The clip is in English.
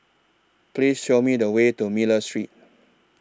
Please Show Me The Way to Miller Street